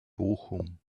bochum